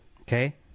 okay